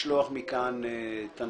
לשלוח מכאן תנחומים